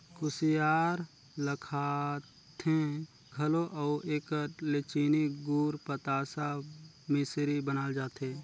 कुसियार ल खाथें घलो अउ एकर ले चीनी, गूर, बतासा, मिसरी बनाल जाथे